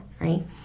right